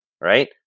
right